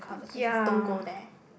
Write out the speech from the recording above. ya